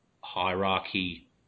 hierarchy